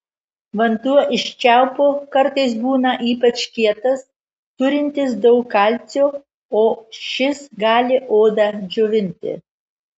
vanduo iš čiaupo kartais būna ypač kietas turintis daug kalcio o šis gali odą džiovinti